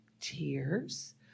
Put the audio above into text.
tears